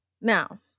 Now